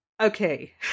Okay